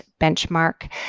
benchmark